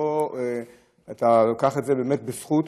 קח את זה בזכות,